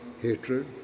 hatred